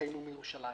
יתקיימו מירושלים.